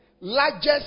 largest